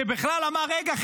שבכלל אמר: רגע,